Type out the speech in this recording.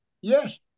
Yes